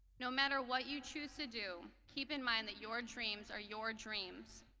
no matter what you choose to do, keep in mind that your dreams are your dreams.